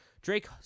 Drake